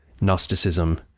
Gnosticism